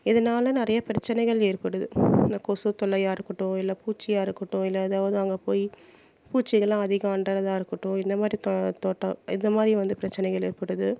இதனால் நிறையா பிரச்சனைகள் ஏற்படுது இந்த கொசு தொல்லையாக இருக்கட்டும் இல்லை பூச்சியாக இருக்கட்டும் இல்லை எதாவது அங்கே போய் பூச்சி இதெலாம் அதிகம் அண்டுறதாக இருக்கட்டும் இந்தமாதிரி தோ தோட்டம் இந்தமாதிரி வந்து பிரச்சனைகள் ஏற்படுது